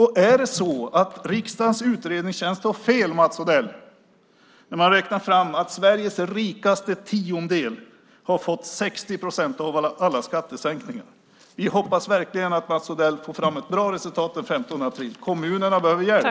Har riksdagens utredningstjänst fel, Mats Odell, när man har räknat fram att Sveriges rikaste tiondel har fått 60 procent av alla skattesänkningar? Vi hoppas verkligen att Mats Odell får fram ett bra resultat den 15 april. Kommunerna behöver hjälp.